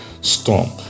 storm